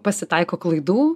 pasitaiko klaidų